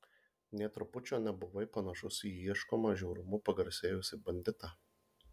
nė trupučio nebuvai panašus į ieškomą žiaurumu pagarsėjusį banditą